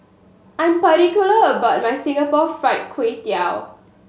I'm particular about my Singapore Fried Kway Tiao